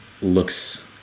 looks